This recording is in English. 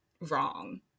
wrong